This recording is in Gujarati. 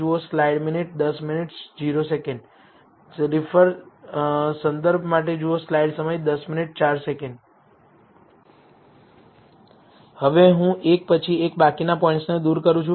હવે હું એક પછી એક બાકીના પોઇન્ટ્સને દૂર કરું છું